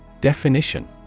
Definition